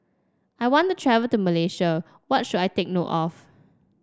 I want to travel to Malaysia What should I take note of